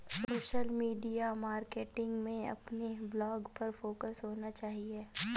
social media marketing में अपने blog पर फोकस होना चाहिए